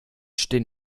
steht